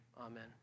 Amen